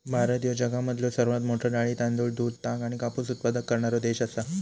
भारत ह्यो जगामधलो सर्वात मोठा डाळी, तांदूळ, दूध, ताग आणि कापूस उत्पादक करणारो देश आसा